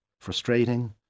frustrating